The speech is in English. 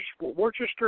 Worcester